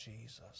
Jesus